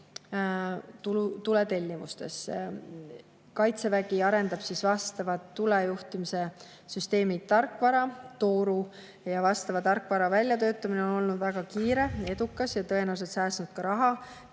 Kaitsevägi arendab vastavat tulejuhtimissüsteemi tarkvara Tooru. Vastava tarkvara väljatöötamine on olnud väga kiire, edukas ja tõenäoliselt säästnud ka raha,